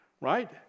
right